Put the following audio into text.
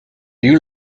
you